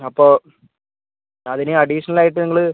അപ്പോൾ അതിന് അഡീഷണൽ ആയിട്ട് നിങ്ങൾ